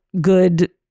good